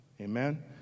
Amen